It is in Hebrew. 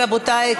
רבותי,